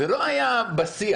זה לא היה בשיח.